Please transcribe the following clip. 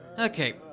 Okay